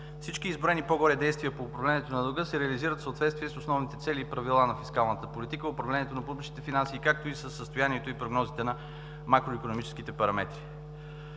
Всички изброени по-горе действия по управлението на дълга се реализират в съответствие с основните цели и правила на фискалната политика, управлението на публичните финанси, както и със състоянието и прогнозите на макроикономическите параметри.